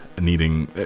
needing